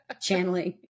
channeling